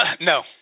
No